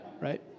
Right